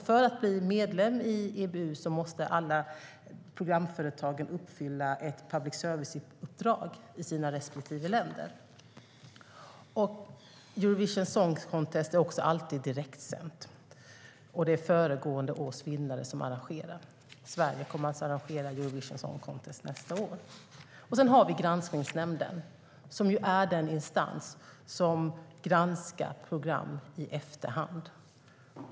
För att bli medlemmar i EBU måste alla programföretag uppfylla ett public service-uppdrag i sina respektive länder. Eurovision Song Contest är alltid direktsänt, och föregående års vinnare arrangerar. Sverige kommer alltså att arrangera Eurovision Song Contest nästa år. Sedan har vi Granskningsnämnden som är den instans som granskar program i efterhand.